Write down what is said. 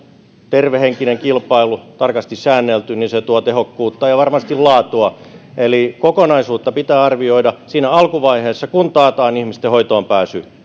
tervehenkinen kilpailu tarkasti säännelty myöskin tuo tehokkuutta ja ja varmasti laatua eli kokonaisuutta pitää arvioida siinä alkuvaiheessa kun taataan ihmisten hoitoonpääsy